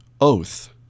Oath